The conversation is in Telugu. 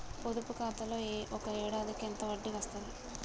పొదుపు ఖాతాలో ఒక ఏడాదికి ఎంత వడ్డీ వస్తది?